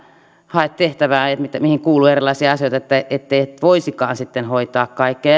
haet tehtävää mihin kuuluu erilaisia asioita että etkö voisikaan sitten hoitaa kaikkea